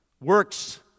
Works